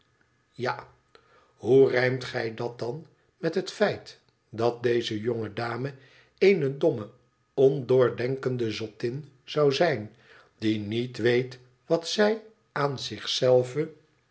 ja hoe rijmt gij dat dan met het feit dat deze jonge dameeene domme on doordenkende zottin zou zijn die niet weet wat zij aan